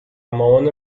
مامان